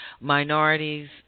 minorities